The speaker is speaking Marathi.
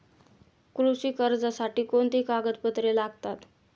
कृषी कर्जासाठी कोणती कागदपत्रे लागतात?